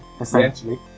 essentially